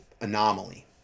anomaly